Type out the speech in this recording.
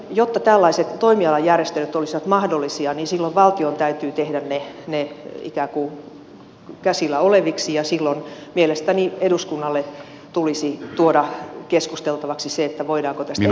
jotta tällaiset toimialajärjestelyt olisivat mahdollisia valtion täytyy tehdä ne ikään kuin käsillä oleviksi ja silloin mielestäni eduskunnalle tulisi tuoda keskusteltavaksi se voidaanko testin